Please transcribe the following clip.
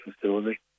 facility